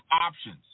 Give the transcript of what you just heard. options